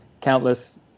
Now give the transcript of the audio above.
countless